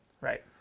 Right